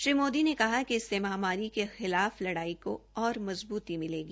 श्री मोदी ने कहा कि इससे महामारी के खिलाफ लड़ाई को और मजबूती मिलेगी